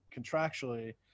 contractually